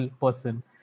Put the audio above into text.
person